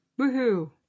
Woohoo